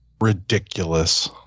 Ridiculous